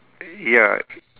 ya